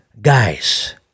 Guys